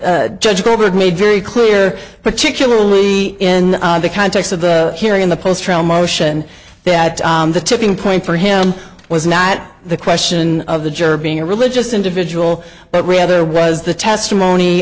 judge goldberg made very clear particularly in the context of the hearing in the post trial motion that the tipping point for him was not the question of the juror being a religious individual but rather was the testimony